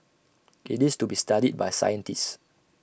IT is to be studied by scientists